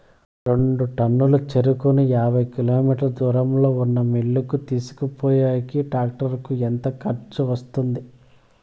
రెండు టన్నుల చెరుకును యాభై కిలోమీటర్ల దూరంలో ఉన్న మిల్లు కు తీసుకొనిపోయేకి టాక్టర్ కు ఎంత ఖర్చు వస్తుంది?